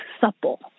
supple